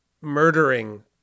murdering